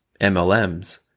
MLMs